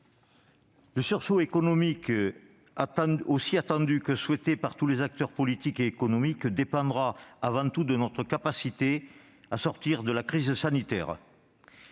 le sursaut économique aussi attendu que souhaité par tous les acteurs politiques et économiques dépendra avant tout de notre capacité à sortir de la crise sanitaire.